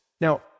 Now